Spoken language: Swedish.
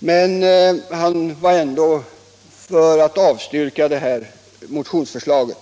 Herr Andersson förordade ändå att man skulle avstyrka motionsförslaget,